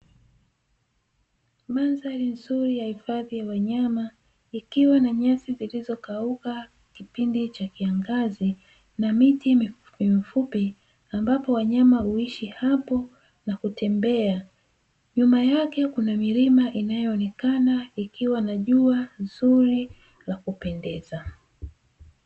Mandhari nzuri ya hifadhi ya wanyama, ikiwa na nyasi zilizokauka kipindi cha kiangazi, na miti mifupi mifupi, ambapo wanyama huishi hapo na kutembea; nyuma yake kuna milima inayoonekana, ikiwa na jua zuri la kupendeza.